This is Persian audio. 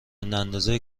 اندازه